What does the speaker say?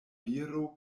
viro